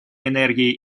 энергии